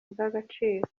ubw’agaciro